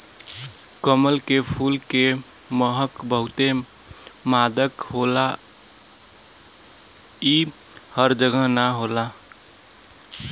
कमल के फूल के महक बहुते मादक होला इ हर जगह ना होला